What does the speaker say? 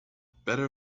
better